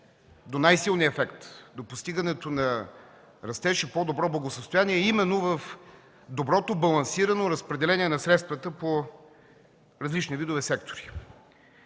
до най-силния ефект, до постигането на растеж и по-добро благосъстояние, е именно в доброто, балансирано разпределение на средствата по различни видове сектори.